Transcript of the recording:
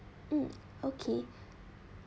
mm okay